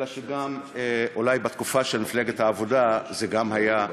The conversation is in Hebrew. אלא אולי בתקופה של מפלגת העבודה זה גם היה,